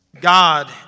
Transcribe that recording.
God